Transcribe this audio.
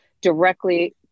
directly